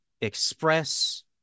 express